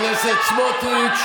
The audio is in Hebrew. חבר הכנסת סמוטריץ'.